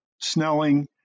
Snelling